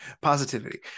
positivity